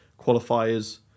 qualifiers